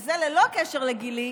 זה ללא קשר לגילי,